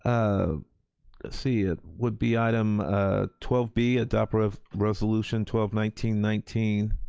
ah see, it would be item twelve b, adaptive resolution twelve nineteen nineteen,